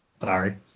Sorry